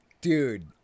dude